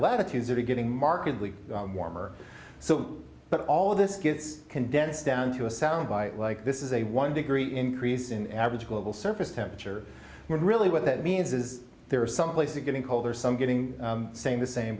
latitudes are getting markedly warmer so but all of this gets condensed down to a soundbite like this is a one degree increase in average global surface temperature really what that means is there are some places getting colder some getting same the same